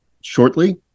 shortly